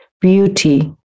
Beauty